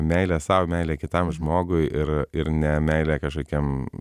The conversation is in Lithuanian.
meilė sau meilė kitam žmogui ir ir ne meilė kažkokiam